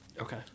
Okay